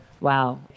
Wow